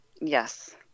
Yes